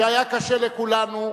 שהיה קשה לכולנו,